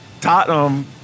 Tottenham